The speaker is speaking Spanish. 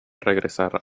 regresar